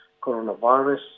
coronavirus